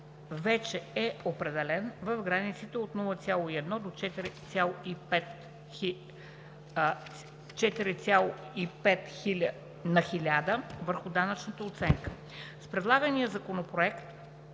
вече е определен размер в границите от 0,1 до 4,5 на хиляда върху данъчната оценка. С предлагания законопроект